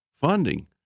funding